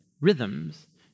rhythms